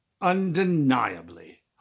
Undeniably